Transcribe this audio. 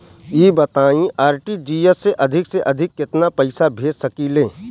ई बताईं आर.टी.जी.एस से अधिक से अधिक केतना पइसा भेज सकिले?